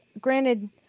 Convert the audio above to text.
granted